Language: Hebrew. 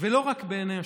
ולא רק בעיני ה'